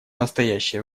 настоящее